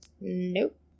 nope